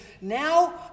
now